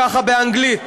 ככה באנגלית